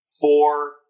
four